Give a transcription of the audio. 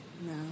No